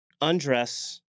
undress